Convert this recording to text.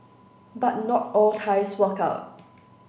but not all ties work out